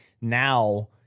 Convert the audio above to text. Now